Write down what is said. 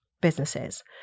businesses